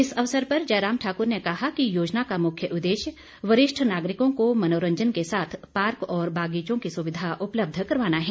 इस अवसर पर जयराम ठाकुर ने कहा कि योजना का मुख्य उदेश्य वरिष्ठ नागरिकों को मनोरंजन के साथ पार्क और बागीचों की सुविधा उपलब्ध करवाना है